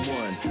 one